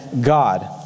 God